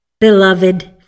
Beloved